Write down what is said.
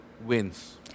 wins